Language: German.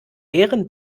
bären